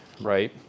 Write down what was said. Right